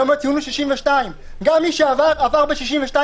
היום הציון הוא 62. 62 בממוצע.